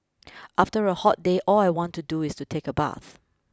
after a hot day all I want to do is to take a bath